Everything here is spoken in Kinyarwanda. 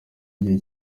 igihe